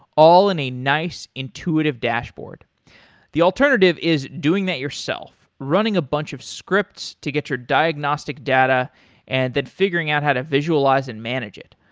all in a nice intuitive dashboard the alternative is doing that yourself running a bunch of scripts to get your diagnostic data and then figuring out how to visualize and manage it.